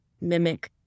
mimic